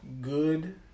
good